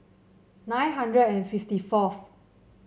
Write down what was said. nine hundred and fifty fourth